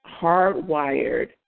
hardwired